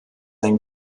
ein